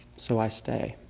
so i stay.